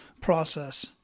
process